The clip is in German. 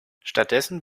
stattdessen